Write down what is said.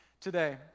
today